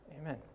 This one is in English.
Amen